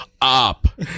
up